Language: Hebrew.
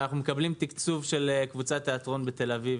ואנחנו מקבלים תקצוב של קבוצת תיאטרון בתל אביב,